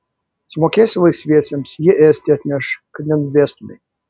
sumokėsi laisviesiems jie ėsti atneš kad nenudvėstumei